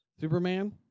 Superman